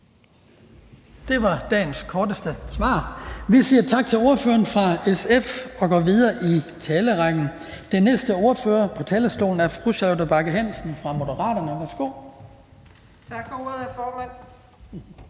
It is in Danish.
Det var dagens korteste svar. Vi siger tak til ordføreren fra SF og går videre i talerrækken. Den næste ordfører på talerstolen er fru Charlotte Bagge Hansen fra Moderaterne. Værsgo. Kl. 19:41 (Ordfører)